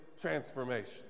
transformation